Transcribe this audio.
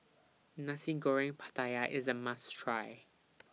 Nasi Goreng Pattaya IS A must Try